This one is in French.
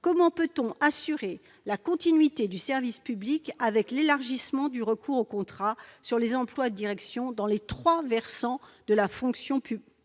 Comment peut-on assurer la continuité du service public avec l'élargissement du recours aux contrats pour les emplois de direction dans les trois versants de la fonction publique ?